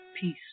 peace